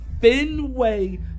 Fenway